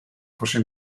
fosse